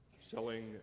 selling